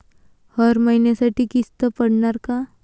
हर महिन्यासाठी किस्त पडनार का?